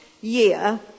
year